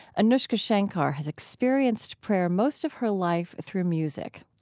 anoushka shankar has experienced prayer most of her life through music.